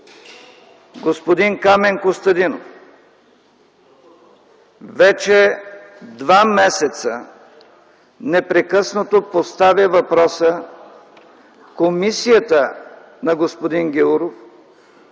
господин Камен Костадинов, вече два месеца непрекъснато поставя въпроса комисията на господин Гяуров